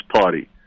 party